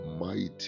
mighty